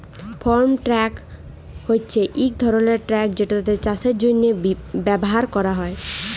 farm truck হছে ইক ধরলের ট্রাক যেটা চাষের জ্যনহে ব্যাভার ক্যরা হ্যয়